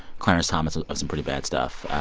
clarence thomas of some pretty bad stuff.